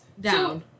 Down